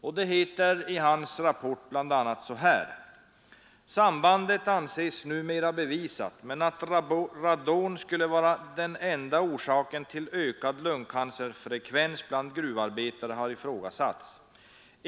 I hans rapport heter det bl.a. så här: ”Sambandet anses numera bevisat, men att radon skulle vara enda orsak till ökad lungcancerfrekvens bland gruvarbetare har ifrågasatts.